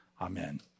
Amen